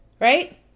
right